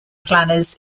planners